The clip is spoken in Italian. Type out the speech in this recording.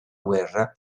guerra